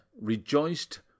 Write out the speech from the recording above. rejoiced